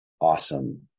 awesome